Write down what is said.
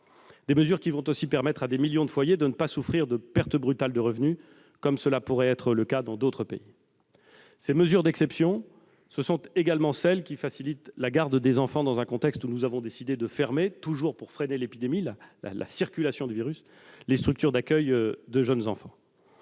Ces mesures vont également permettre à des millions de foyers de ne pas souffrir de pertes brutales de revenus, comme cela pourrait être le cas dans d'autres pays. Ces mesures d'exception visent en outre à faciliter la garde des enfants, alors que nous avons décidé de fermer, toujours pour freiner l'épidémie et la circulation du virus, les structures d'accueil de jeunes enfants.